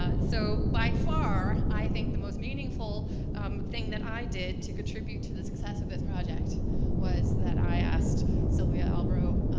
ah so by far i think the most meaningful thing that i did to contribute to the success of this project was that i asked sylvia albro,